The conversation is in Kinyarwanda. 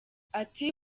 ati